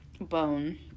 Bone